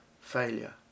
failure